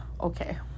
Okay